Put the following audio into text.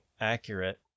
accurate